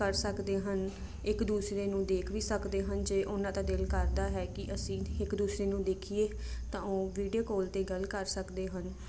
ਕਰ ਸਕਦੇ ਹਨ ਇੱਕ ਦੂਸਰੇ ਨੂੰ ਦੇਖ ਵੀ ਸਕਦੇ ਹਨ ਜੇ ਉਹਨਾਂ ਦਾ ਦਿਲ ਕਰਦਾ ਹੈ ਕਿ ਅਸੀਂ ਇੱਕ ਦੂਸਰੇ ਨੂੰ ਦੇਖੀਏ ਤਾਂ ਉਹ ਵੀਡੀਓ ਕੌਲ 'ਤੇ ਗੱਲ ਕਰ ਸਕਦੇ ਹਨ